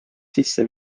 sisse